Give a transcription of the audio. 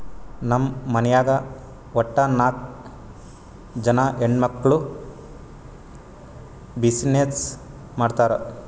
ನಮ್ ಮನ್ಯಾಗ್ ವಟ್ಟ ನಾಕ್ ಜನಾ ಹೆಣ್ಮಕ್ಕುಳ್ ಬಿಸಿನ್ನೆಸ್ ಮಾಡ್ತಾರ್